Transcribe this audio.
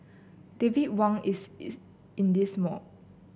David Wang is in this mall